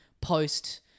post